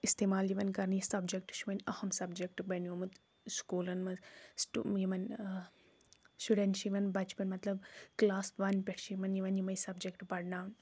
استعمال یِوان کرنہٕ یہِ سبجکٹ چھُ وۄنۍ اہم سبجکٹ بنیٚومُت سکولن منٛز سٹو یِمَن شُرٮ۪ن چھُ یِوان بچپن مطلب کلاس ون پٮ۪ٹھ چھُ یِمَن یِوان یِمے سبجکٹ پرناونہٕ